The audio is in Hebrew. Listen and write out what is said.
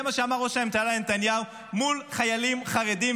זה מה שאמר ראש הממשלה נתניהו מול חיילים חרדים,